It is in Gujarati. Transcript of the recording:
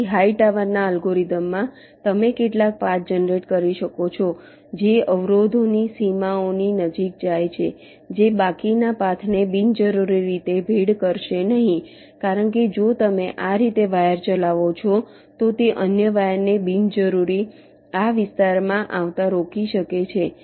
તેથી હાઈટાવરના અલ્ગોરિધમમાં તમે કેટલાક પાથ જનરેટ કરી શકો છો જે અવરોધોની સીમાઓની નજીક જાય છે જે બાકીના પાથને બિનજરૂરી રીતે ભીડ કરશે નહીં કારણ કે જો તમે આ રીતે વાયર ચલાવો છો તો તે અન્ય વાયરને બિનજરૂરી આ વિસ્તારમાં આવતા રોકી શકે છે